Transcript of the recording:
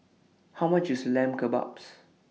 How much IS Lamb Kebabs